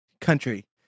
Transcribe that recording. Country